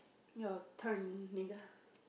your turn nigga